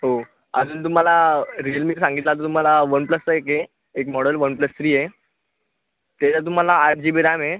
हो अजून तुम्हाला रिअलमीचा सांगितला तर तुम्हाला वन प्लसचा एक आहे एक मॉडेल वन प्लस थ्री तेच्यात तुम्हाला आठ जी बी रॅम आहे